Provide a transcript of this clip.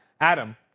Adam